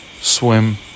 Swim